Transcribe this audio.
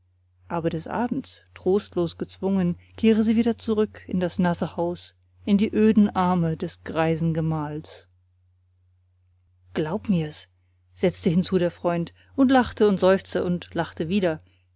aber des abends trostlos gezwungen kehre sie wieder zurück in das nasse haus in die öden arme des greisen gemahls glaub mirs setzte hinzu der freund und lachte und seufzte und lachte wieder